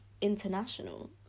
international